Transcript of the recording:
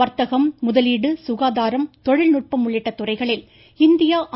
வர்த்தகம் முதலீடு சுகாதாரம் தொழில்நுட்பம் உள்ளிட்ட துறைகளில்